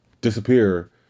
disappear